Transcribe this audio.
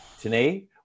Today